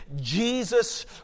Jesus